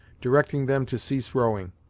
directing them to cease rowing,